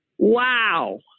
Wow